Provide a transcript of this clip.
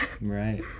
Right